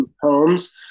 homes